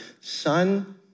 son